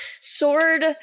Sword